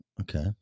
Okay